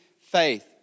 faith